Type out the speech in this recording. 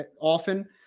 often